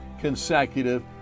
consecutive